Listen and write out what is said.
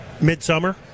midsummer